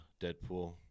Deadpool